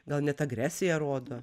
gal net agresiją rodo